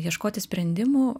ieškoti sprendimų